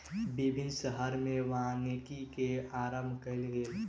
विभिन्न शहर में वानिकी के आरम्भ कयल गेल